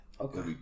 Okay